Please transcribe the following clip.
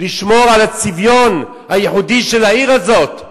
לשמור על הצביון הייחודי של העיר הזאת.